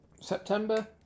September